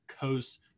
Coast